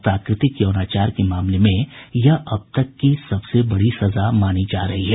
अप्राकृतिक यौनाचार के मामले में यह अब तक की सबसे बड़ी सजा मानी जा रही है